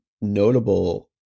notable